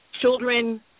Children